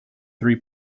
three